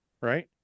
right